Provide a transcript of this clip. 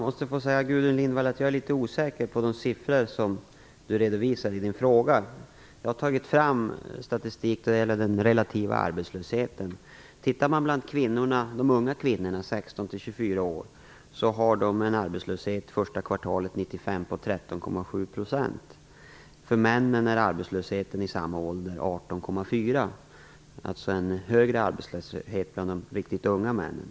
Herr talman! Jag är litet osäker på de siffror som Gudrun Lindvall redovisar i sin fråga. Jag har tagit fram statistik då det gäller den relativa arbetslösheten. 13,7 % första kvartalet 1995 . För män i samma ålder är arbetslösheten 18,4 %. Det är alltså en högre arbetslöshet bland de riktigt unga männen.